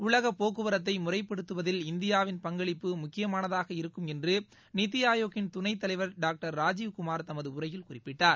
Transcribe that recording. உலகபோக்குவரத்தைமுறைப்படுத்துவதில் இந்தியாவின் பங்களிப்பு முக்கியமானதாக இருக்கும் என்றுநித்திஆயோக்கின் துணைத்தலைவா் டாக்டர் ராஜீவ்குமார் தமதுஉரையில் குறிப்பிட்டார்